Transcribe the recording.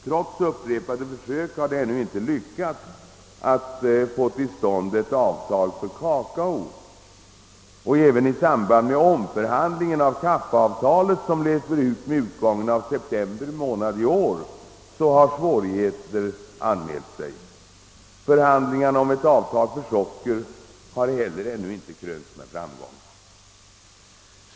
Trots upprepade försök har det ännu inte varit möjligt att få till stånd ett avtal för kakao. Även i samband med omförhandlingarna av kaffeavtalet, vilket löper ut med utgången av september månad i år, har svårigheterna visat sig vara stora. Förhandlingarna om ett avtal för socker har heller ännu inte krönts med framgång.